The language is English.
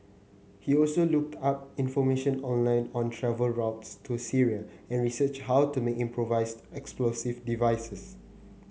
he also looked up information online on travel routes to Syria and researched how to make improvised explosive devices